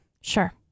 Sure